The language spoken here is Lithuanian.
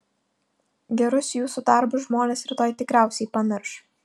gerus jūsų darbus žmonės rytoj tikriausiai pamirš